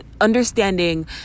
understanding